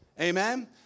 Amen